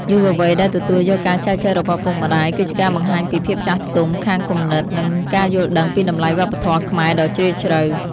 យុវវ័យដែលទទួលយកការចែចូវរបស់ឪពុកម្ដាយ គឺជាការបង្ហាញពី "ភាពចាស់ទុំខាងគំនិត" និងការយល់ដឹងពីតម្លៃវប្បធម៌ខ្មែរដ៏ជ្រាលជ្រៅ។